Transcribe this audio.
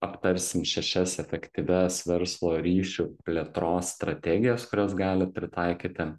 aptarsim šešias efektyvias verslo ryšių plėtros strategijas kurios galit pritaikyti